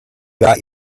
got